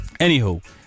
anywho